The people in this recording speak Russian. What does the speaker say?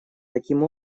таким